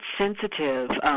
sensitive